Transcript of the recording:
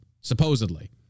supposedly